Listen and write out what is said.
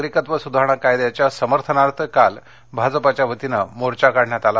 नागरिकत्व सुधारणा कायद्याच्या समर्थनार्थ काल भाजपच्या वतीनं मोर्चा काढण्यात आला